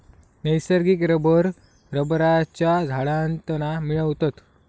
नैसर्गिक रबर रबरच्या झाडांतना मिळवतत